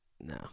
No